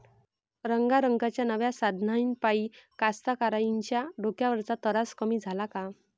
रंगारंगाच्या नव्या साधनाइपाई कास्तकाराइच्या डोक्यावरचा तरास कमी झाला का?